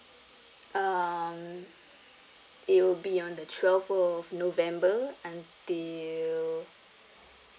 um it will be on the twelve of november until